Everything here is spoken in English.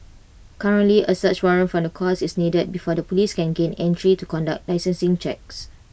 currently A search warrant from the courts is needed before the Police can gain entry to conduct licensing checks